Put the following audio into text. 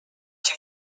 two